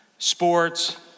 Sports